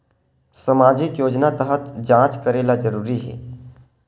सामजिक योजना तहत जांच करेला जरूरी हे